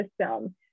system